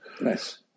Nice